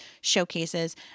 showcases